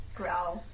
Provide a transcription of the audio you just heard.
growl